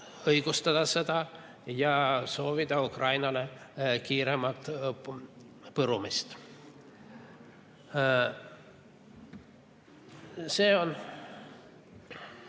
õigustada sõda ja soovida Ukrainale kiiremat põrumist. Nende